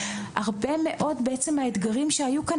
הרבה מאוד מהאתגרים שהיו כאן,